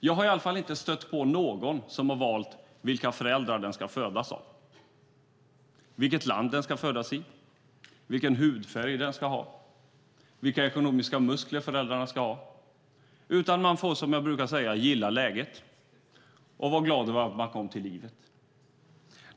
Jag har i alla fall inte stött på någon som har valt vilka föräldrar den ska födas av, vilket land den ska födas i, vilken hudfärg den ska ha eller vilka ekonomiska muskler föräldrarna ska ha, utan man får, som jag brukar säga, gilla läget och vara glad över att man kom till livet.